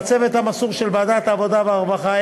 לצוות המסור של ועדת העבודה והרווחה,